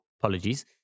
Apologies